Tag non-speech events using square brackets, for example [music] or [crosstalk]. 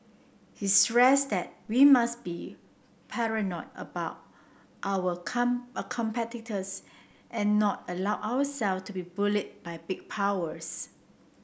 he stressed that we must be paranoid about our come [unintelligible] and not allow our self to be bullied by big powers